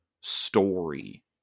story